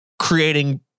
creating